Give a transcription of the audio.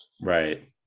Right